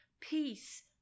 Peace